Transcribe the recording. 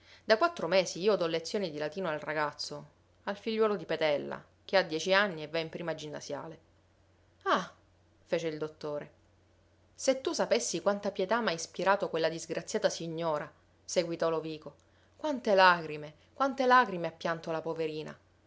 da quattro mesi io do lezione di latino al ragazzo al figliuolo di petella che ha dieci anni e va in prima ginnasiale ah fece il dottore se tu sapessi quanta pietà m'ha ispirato quella disgraziata signora seguitò lovico quante lagrime quante lagrime ha pianto la poverina